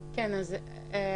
בבקשה.